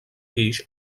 guix